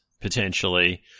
potentially